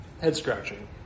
head-scratching